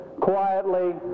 quietly